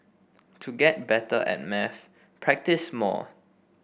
to get better at maths practise more